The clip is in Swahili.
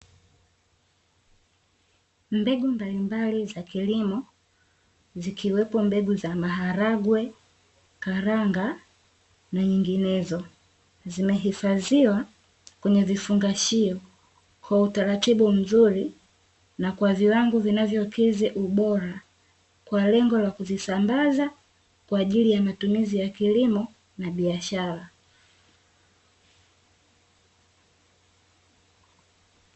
Mbegu mbalimbali za kilimo zikiwepo mbegu za maharagwe, karanga na nyenginezo. Zimehifadhiwa kwenye vifungashio kwa utaratibu mzuri na kwa viwango vinavokidhi ubora, kwa lengo la kuzisambaza kwa ajili ya matumizi ya kilimo na biashara.